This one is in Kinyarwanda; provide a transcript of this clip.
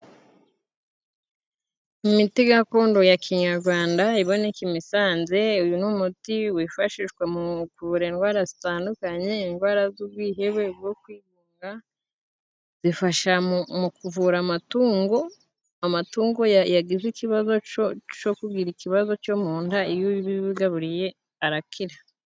Imiti gakondo ya kinyarwanda iboneka i Musanze ,uyu ni umuti wifashishwa mu kuvura indwara zitandukanye indwara z'ubwihebe bwo kwigunga zifasha mu kuvura amatungo ,amatungo yagize ikibazo co co kugira ikibazo co mu nda iyo ubibigaburiye arakira.